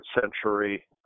century